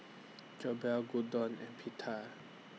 Jokbal Gyudon and Pita